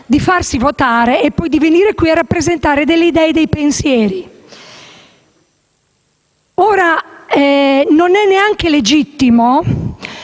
di essere votato per poi venire qui a rappresentare delle idee e dei pensieri. Non è neanche legittimo